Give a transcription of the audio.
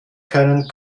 können